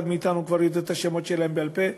מאתנו כבר יודע את השמות שלהם בעל-פה,